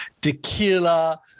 tequila